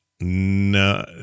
no